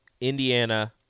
Indiana